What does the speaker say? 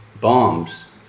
bombs